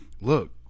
look